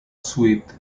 sweet